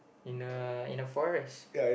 in a in a forest